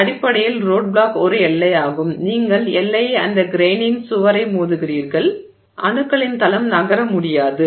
அடிப்படையில் ரோடிப்ளாக் ஒரு எல்லை ஆகும் நீங்கள் எல்லையை அந்த கிரெய்னின் சுவரை மோதுகிறீர்கள் அணுக்களின் தளம் நகர முடியாது